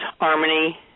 Harmony